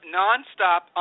nonstop